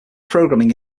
programming